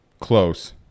close